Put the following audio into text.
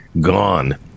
gone